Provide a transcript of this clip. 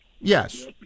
Yes